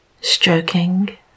stroking